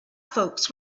folks